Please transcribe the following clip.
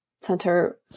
Center